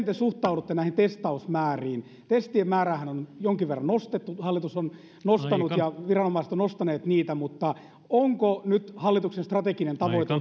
te suhtaudutte näihin testausmääriin testien määräähän on jonkin verran nostettu hallitus on nostanut ja viranomaiset ovat nostaneet niitä mutta onko nyt hallituksen strateginen tavoite